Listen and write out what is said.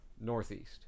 northeast